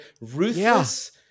ruthless